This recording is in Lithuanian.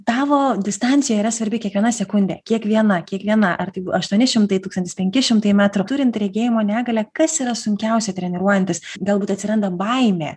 tavo distancijoj yra svarbi kiekviena sekundė kiekviena kiekviena ar tai aštuoni šimtai tūkstantis penki šimtai metrų turint regėjimo negalią kas yra sunkiausia treniruojantis galbūt atsiranda baimė